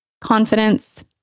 confidence